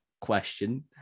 question